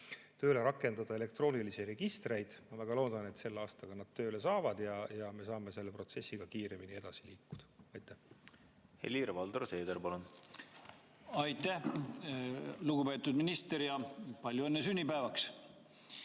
tööle rakendada elektroonilisi registreid. Ma väga loodan, et selle aastaga need tööle saavad ja me saame selle protsessiga kiiremini edasi liikuda. Helir-Valdor Seeder, palun! Helir-Valdor Seeder, palun! Aitäh, lugupeetud minister! Ja palju õnne sünnipäevaks!